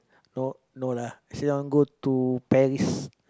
no no lah actually I want to go to Paris